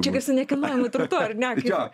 čia kaip su nekilnojamu turtu ar ne